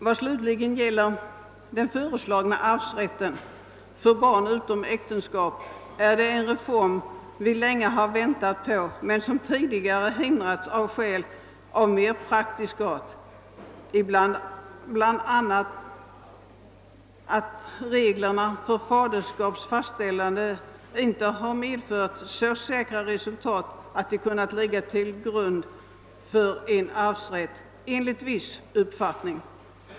Vad slutligen gäller den föreslagna arvsrätten för barn utom äktenskap är det en reform vi länge har väntat på men som tidigare hindrats av skäl av mer praktisk art, bl.a. att reglerna för faderskaps fastställande inte har ansetts medföra så säkra resultat att de kunnat ligga till grund för en arvsrätt enligt viss uppfattning.